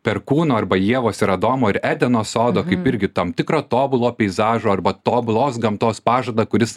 perkūno arba ievos ir adomo ir edeno sodo kaip irgi tam tikro tobulo peizažo arba tobulos gamtos pažadą kuris